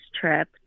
trip